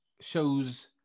shows